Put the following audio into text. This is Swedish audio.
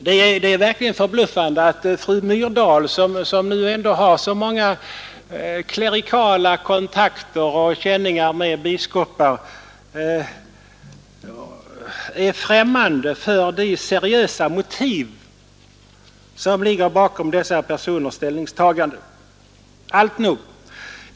Det är verkligen förbluffande att fru Myrdal, som ändå har så många klerikala kontakter och känningar med biskopar, är främmande för de seriösa motiv som ligger bakom dessa personers ställningstaganden. Alltnog!